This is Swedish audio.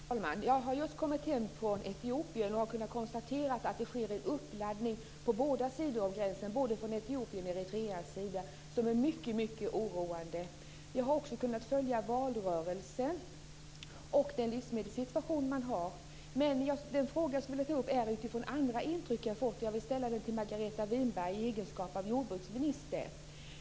Herr talman! Jag har just kommit hem från Etiopien och har kunnat konstatera att det sker en uppladdning på båda sidor om gränsen, både från Etiopiens och från Eritreas sida, som är mycket oroande. Jag har också kunnat följa valrörelsen och se på livsmedelssituationen där. Den fråga som jag vill ta upp utgår från andra intryck som jag har fått, och jag vill ställa den till Margareta Winberg i egenskap av jordbruksminister.